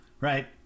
Right